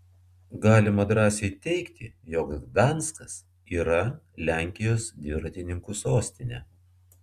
galima drąsiai teigti jog gdanskas yra lenkijos dviratininkų sostinė